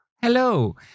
hello